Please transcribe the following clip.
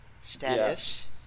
Status